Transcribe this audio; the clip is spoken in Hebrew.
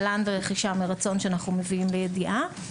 זה תל"ן ורכישה מרצון שאנחנו מביאים לידיעה.